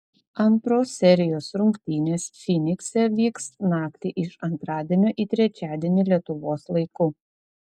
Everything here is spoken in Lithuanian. antros serijos rungtynės fynikse vyks naktį iš antradienio į trečiadienį lietuvos laiku